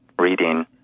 reading